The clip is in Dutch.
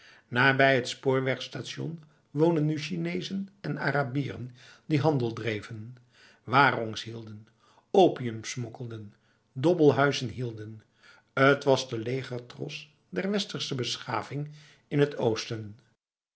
nabij het spoorwegstation woonden nu chinezen en arabieren die handel dreven warongs hielden opium smokkelden dobbelhuizen hielden t was de legertros der westerse beschaving in het oosten